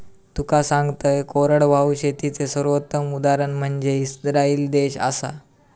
तुका सांगतंय, कोरडवाहू शेतीचे सर्वोत्तम उदाहरण म्हनजे इस्राईल देश आसा